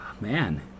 man